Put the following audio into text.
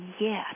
yes